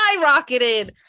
skyrocketed